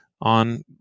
on